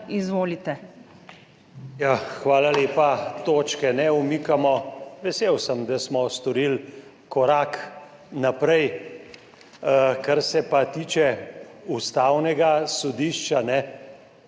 Hvala lepa. Točke ne umikamo. Vesel sem, da smo storili korak naprej. Kar se pa tiče Ustavnega sodišča,